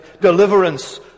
deliverance